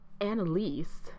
Annalise